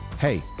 Hey